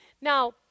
Now